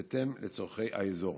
בהתאם לצורכי האזור.